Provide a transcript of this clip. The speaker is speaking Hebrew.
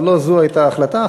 אבל לא זו הייתה ההחלטה.